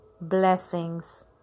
blessings